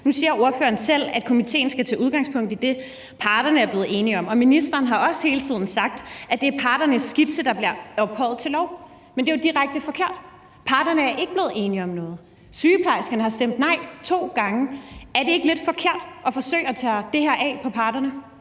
nu siger ordføreren selv, at komitéen skal tage udgangspunkt i det, parterne er blevet enige om, og ministeren har også hele tiden sagt, at det er parternes skitse, der bliver ophøjet til lov. Men det er jo direkte forkert: Parterne er ikke blevet enige om noget. Sygeplejerskerne har stemt nej to gange. Er det ikke lidt forkert at forsøge at tørre det her af på parterne?